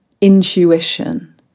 intuition